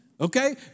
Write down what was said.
okay